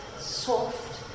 soft